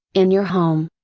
in your home.